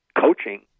coaching